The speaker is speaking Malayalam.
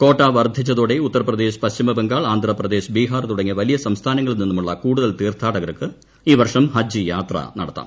ക്വാട്ട വർദ്ധിച്ചതോടെ ഉത്തർപ്രദേശ് പ്പശ്ചിമ്ബംഗാൾ ആന്ധ്രാപ്രദേശ് ബീഹാർ തുടങ്ങിയ വലിയ സ്ഠിസ്ഥാനങ്ങളിൽ നിന്നുമുള്ള കൂടുതൽ തീർത്ഥാടകർക്ക് ഈ വർഷ്ടം ഹജ്ജ് യാത്ര നടത്താം